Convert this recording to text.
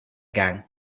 gang